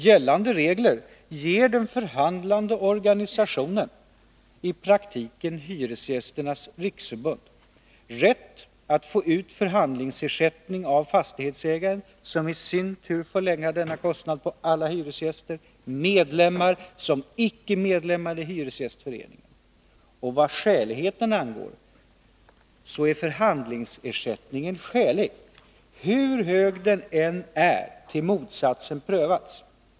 Gällande regler ger den förhandlande organisationen, i praktiken Hyresgästernas riksförbund, rätt att få ut förhandlingsersättning av fastighetsägaren, som i sin tur får lägga denna kostnad på alla hyresgäster — medlemmar som icke medlemmar i hyresgästföreningen. Och vad skäligheten angår så är förhandlingsersättningen skälig hur hög den än är tills motsatsen bevisats.